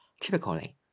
typically